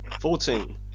Fourteen